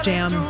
Jam